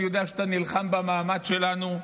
אני יודע שאתה נלחם במעמד שלנו,